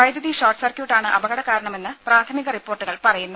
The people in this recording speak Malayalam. വൈദ്യുതി ഷോർട്ട് സർക്യൂട്ടാണ് അപകട കാരണമെന്ന് പ്രാഥമിക റിപ്പോർട്ടുകൾ പറയുന്നു